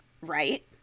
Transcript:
Right